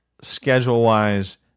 schedule-wise